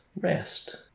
rest